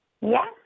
Yes